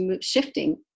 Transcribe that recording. shifting